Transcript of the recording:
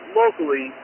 locally